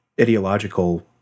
ideological